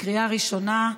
לקריאה ראשונה.